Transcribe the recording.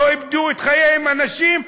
לא איבדו את חייהם אנשים?